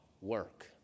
work